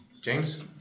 james